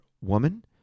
Woman